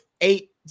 eight